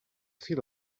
feel